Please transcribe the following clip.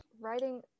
writing